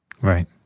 Right